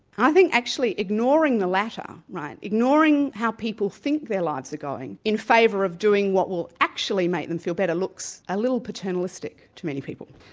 i think actually ignoring the latter, ignoring how people think their lives are going in favour of doing what will actually make them feel better, looks a little paternalistic to many people.